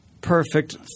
perfect